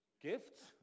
gifts